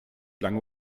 lange